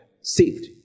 saved